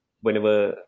whenever